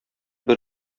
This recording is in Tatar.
бер